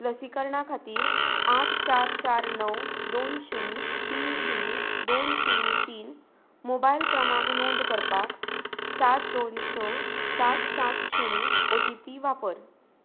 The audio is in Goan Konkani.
लसीकरणा खातीर आठ चार चार णव दोन शून्य तीन शून्य दोन शून्य तीन मोबायल क्रमांक नोंद करपाक सात दोन स सात सात शून्य ओ टी पी वापर